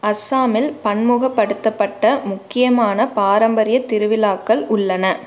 அசாமில் பன்முகப்படுத்தப்பட்ட முக்கியமான பாரம்பரிய திருவிழாக்கள் உள்ளன